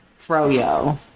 froyo